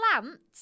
plants